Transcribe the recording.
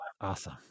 awesome